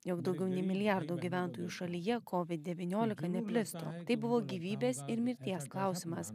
jog daugiau nei milijardo gyventojų šalyje covid devyniolika neplistų tai buvo gyvybės ir mirties klausimas